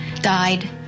died